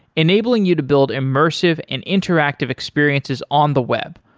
enabling you to build immersive and interactive experiences on the web,